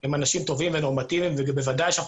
הם אנשים טובים ונורמטיביים ובוודאי שאנחנו